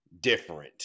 different